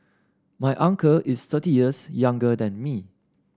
my uncle is thirty years younger than me